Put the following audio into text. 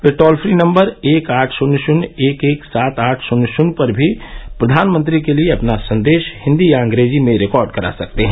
वे toll free number एक आठ शून्य शून्य एक एक सात आठ शून्य शून्य पर भी प्रधानमंत्री के लिए अपना संदेश हिंदी या अंग्रेजी में रिकॉर्ड करा सकते हैं